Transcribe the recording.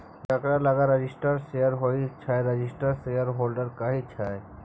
जकरा लग registered share होइ छै रजिस्टर्ड शेयरहोल्डर कहाइ छै